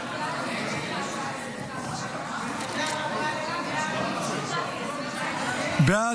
תשלום קצבת ילדים לאחר גיל 18 בעד ילד המשרת בשירות צבאי,